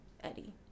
eddie